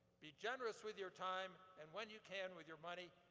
be generous with your time and, when you can, with your money.